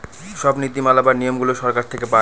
সব নীতি মালা বা নিয়মগুলো সরকার থেকে পায়